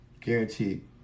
Guaranteed